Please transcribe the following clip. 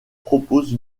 propose